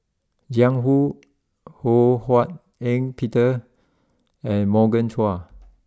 Jiang Hu Ho Hak Ean Peter and Morgan Chua